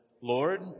Lord